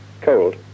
cold